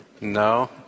No